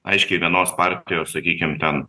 aiškiai vienos partijos sakykime ten